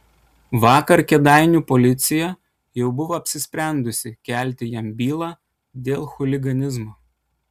vakar kėdainių policija jau buvo apsisprendusi kelti jam bylą dėl chuliganizmo